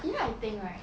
you know I think right